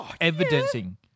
evidencing